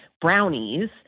brownies